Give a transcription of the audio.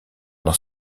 dans